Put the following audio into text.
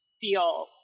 feel